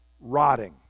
rotting